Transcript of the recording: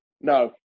No